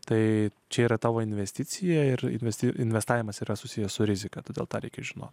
tai čia yra tavo investicija ir investicijų investavimas yra susijęs su rizika todėl tą reikia žinot